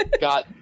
got